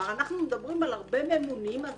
כשמדברים על הרבה ממונים אז